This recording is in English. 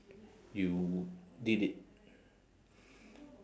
you did it